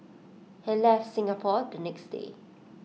he left Singapore the next day